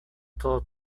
todo